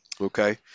okay